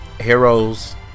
Heroes